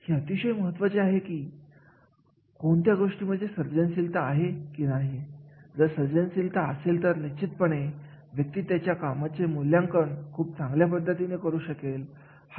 जर एखाद्या कार्यासाठी खूप विशिष्ट आणि उच्च पातळीची कौशल्य गरजेचे असतील तर निश्चितपणे अशा कार्यासाठी खूप उच्च पातळीचे मूल्यमापन करण्यात यावे